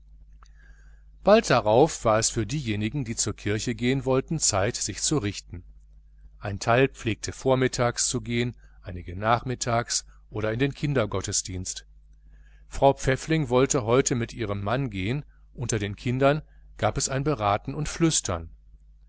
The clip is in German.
bald darauf war es für diejenigen die zur kirche gehen wollten zeit sich zu richten ein teil pflegte vormittags zu gehen einige nachmittags oder in den kindergottesdienst frau pfäffling wollte heute mit ihrem mann gehen unter den kindern gab es ein beraten und flüstern